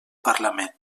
parlament